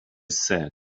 said